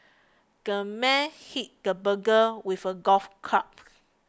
the man hit the burglar with a golf club